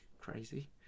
crazy